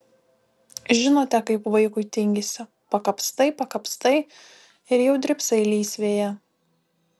žinote kaip vaikui tingisi pakapstai pakapstai ir jau drybsai lysvėje